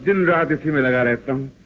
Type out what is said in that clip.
and humiliate